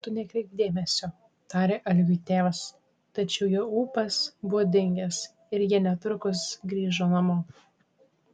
tu nekreipk dėmesio tarė algiui tėvas tačiau jo ūpas buvo dingęs ir jie netrukus grįžo namo